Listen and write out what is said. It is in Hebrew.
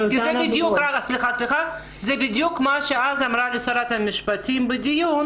כי זה בדיוק מה שאמרה לי שרת המשפטים בדיון